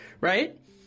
Right